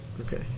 Okay